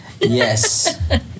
Yes